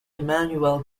immanuel